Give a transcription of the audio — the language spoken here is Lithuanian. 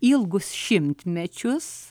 ilgus šimtmečius